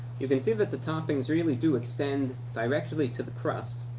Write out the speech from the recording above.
you can see that the toppings really do extend directly to the crust.